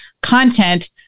content